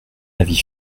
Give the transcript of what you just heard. avis